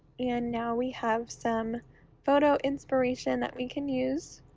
and now we have some photo inspiration that we can use